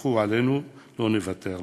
תסמכו עלינו, לא נוותר להם.